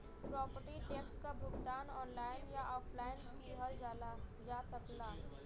property tax क भुगतान online या ऑफलाइन किहल जा सकला